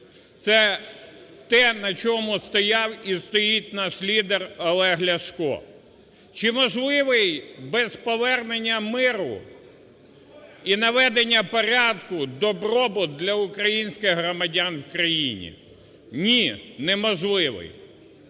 це те, на чому стояв і стоїть наш лідер Олег Ляшко. Чи можливий без повернення миру і наведення порядку добробут для українських громадян в країні? Ні, неможливий.